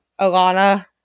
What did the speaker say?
Alana